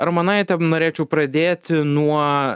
armonaite m norėčiau pradėti nuo